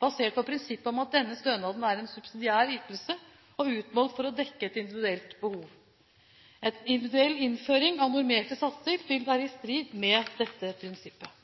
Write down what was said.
basert på prinsippet om at denne stønaden er en subsidiær ytelse og utmålt for å dekke et individuelt behov. En eventuell innføring av normerte satser vil være i strid med dette prinsippet.